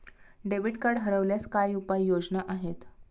Debit card हरवल्यास काय उपाय योजना आहेत?